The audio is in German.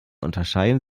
unterscheiden